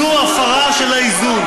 זו הפרה של האיזון,